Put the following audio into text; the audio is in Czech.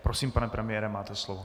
Prosím, pane premiére, máte slovo.